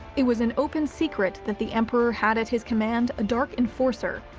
it was an open secret that the emperor had at his command a dark enforcer,